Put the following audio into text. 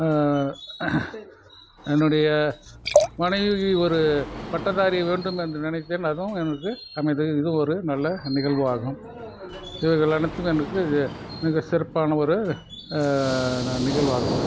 என்னுடைய மனைவி ஒரு பட்டதாரி வேண்டும் என்று நினைத்தேன் அதுவும் எனக்கு அமைந்தது இது ஒரு நல்ல நிகழ்வு ஆகும் இவைகள் அனைத்தும் எனக்கு இது மிகச்சிறப்பான ஒரு ந நிகழ்வாகும்